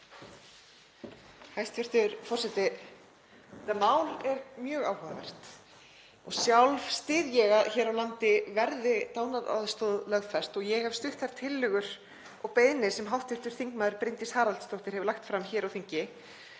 Hæstv. forseti. Þetta mál er mjög áhugavert og sjálf styð ég að hér á landi verði dánaraðstoð lögfest og ég hef stutt þær tillögur og beiðnir sem hv. þm. Bryndís Haraldsdóttir hefur lagt fram hér á þingi